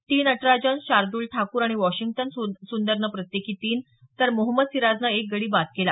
T Natarajan Shardul Thakur आणि Washington सुंदरनं प्रत्येकी तीन तर मोहम्मद सिराजनं एक गडी बाद केला